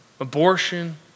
abortion